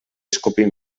escopir